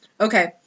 Okay